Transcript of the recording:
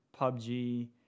PUBG